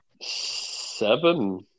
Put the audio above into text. seven